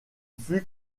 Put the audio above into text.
fut